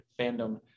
fandom